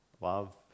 Love